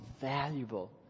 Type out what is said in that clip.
valuable